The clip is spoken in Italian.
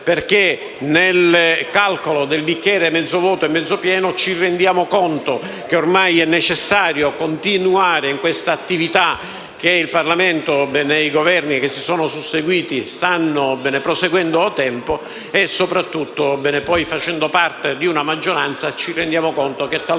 perché, nel calcolo del bicchiere mezzo vuoto e mezzo pieno, ci rendiamo conto che è necessario continuare sulla strada che il Parlamento e i Governi che si sono susseguiti hanno intrapreso da tempo. Facendo parte di una maggioranza, ci rendiamo conto che, talvolta,